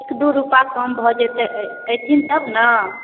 एक दुइ रुपा कम भऽ जेतै अएथिन तब ने